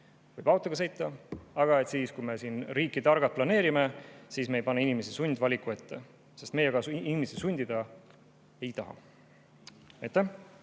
Võib ka autoga sõita, aga kui me siin riiki targalt planeerime, siis me ei pane inimesi sundvaliku ette, sest ka meie inimesi sundida ei taha.